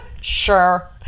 Sure